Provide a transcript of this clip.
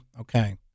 okay